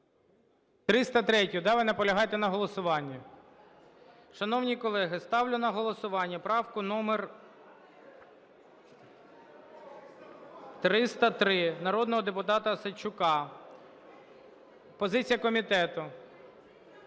303-ю, да, ви наполягаєте на голосуванні? Шановні колеги, ставлю на голосування правку номер 303 народного депутата Осадчука. Позиція комітету.